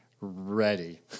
Ready